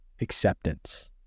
acceptance